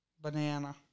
Banana